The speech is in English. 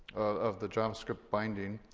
of the javascript binding,